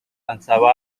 ansaba